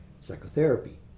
psychotherapy